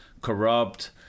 corrupt